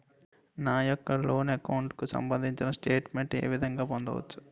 నా యెక్క loan account కు సంబందించిన స్టేట్ మెంట్ ఏ విధంగా పొందవచ్చు?